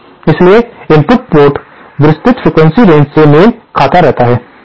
इसलिए input port विस्तृत frequency range से मेल खाता रहता है